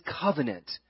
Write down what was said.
covenant